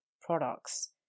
products